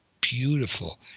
beautiful